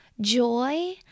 joy